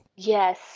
Yes